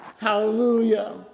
Hallelujah